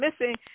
missing